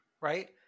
right